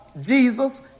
Jesus